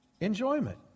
Enjoyment